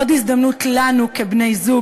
עוד הזדמנות לנו כבני-זוג,